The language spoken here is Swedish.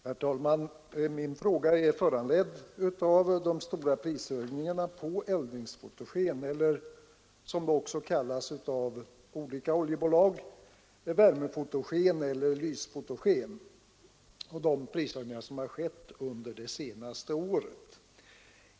Herr talman! Min fråga har föranletts av de stora prishöjningar som under det senaste året skett på eldningsfotogen eller — som det också kallas av olika oljebolag — värmefotogen eller lysfotogen.